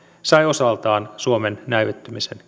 sai osaltaan suomen näivettymisen